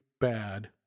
bad